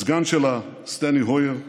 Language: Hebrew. הסגן שלה סטנלי הוייר,